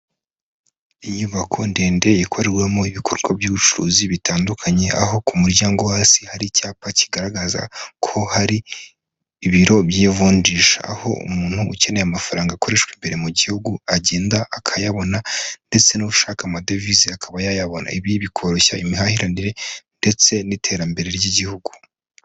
Inyubako ndende ikorewemo ibikorwa by'ubucuruzi bitandukanye aho ku muryango wo hasi hari icyapa kigaragaza ko hari ibiro by'ivunjisha, aho umuntu ukeneye amafaranga akoreshwa imbere mu gihugu agenda akayabona ndetse n'ushaka amadevize akaba yayabona, ibi bikoroshya imihahiranire ndetse n'iterambere ry'igihugu.